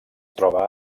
troba